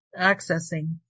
accessing